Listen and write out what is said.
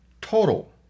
total